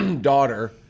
daughter